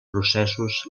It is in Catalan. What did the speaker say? processos